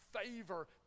favor